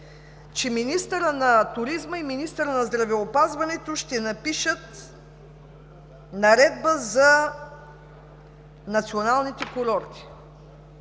че министърът на туризма и министърът на здравеопазването ще напишат наредба за националните курорти.